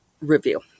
review